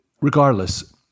regardless